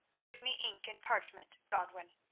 give me ink and parchment, godwin.